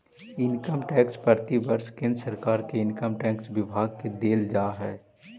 income tax प्रतिवर्ष केंद्र सरकार के इनकम टैक्स विभाग के देल जा हई